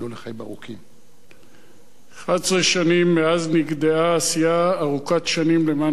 11 שנים מאז נגדעה עשייה ארוכת שנים למען כלל ישראל.